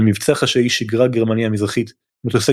במבצע חשאי שיגרה גרמניה המזרחית מטוסי